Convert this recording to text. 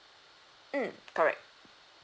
mm correct